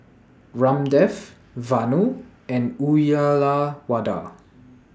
Ramdev Vanu and Uyyalawada